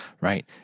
right